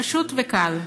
פשוט וקל.